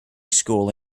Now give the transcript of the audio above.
school